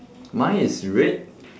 mine is red